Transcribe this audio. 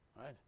Right